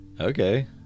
Okay